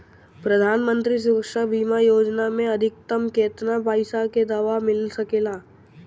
प्रधानमंत्री सुरक्षा बीमा योजना मे अधिक्तम केतना पइसा के दवा मिल सके ला?